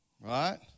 Right